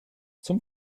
zum